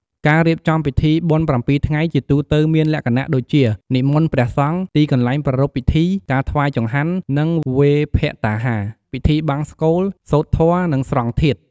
ការរៀបចំពិធីបុណ្យប្រាំពីរថ្ងៃ ជាទូទៅមានលក្ខណៈដូចជា និមន្តព្រះសង្ឃ ទីកន្លែងប្រារព្ធពិធី ការថ្វាយចង្ហាន់ និងវេរភត្តាហារ ពិធីបង្សុកូល សូត្រធម៌ និង ស្រង់ធាតុ។